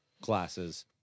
classes